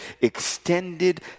extended